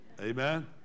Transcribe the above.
Amen